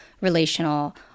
relational